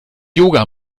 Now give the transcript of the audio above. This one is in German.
yoga